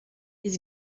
his